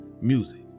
music